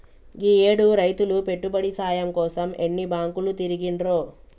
గీయేడు రైతులు పెట్టుబడి సాయం కోసం ఎన్ని బాంకులు తిరిగిండ్రో